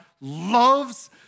loves